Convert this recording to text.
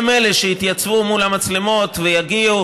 הם שיתייצבו מול המצלמות ויגידו: